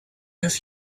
have